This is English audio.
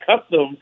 custom